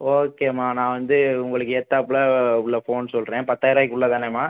ஓகேம்மா நான் வந்து உங்களுக்கு ஏத்தாப்புல உள்ள ஃபோன் சொல்லுறேன் பத்தாயிருவாய்க்குள்ளே தானேம்மா